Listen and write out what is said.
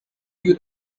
due